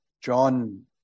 John